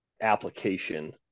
application